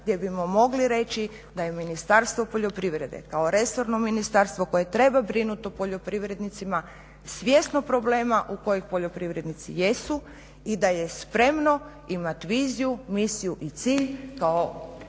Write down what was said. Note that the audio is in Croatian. gdje bismo mogli reći da je Ministarstvo poljoprivrede kao resorno ministarstvo koje treba brinuti o poljoprivrednicima svjesno problema u kojem poljoprivrednici jesu i da je spremno imati viziju, misiju i cilj kao